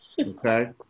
Okay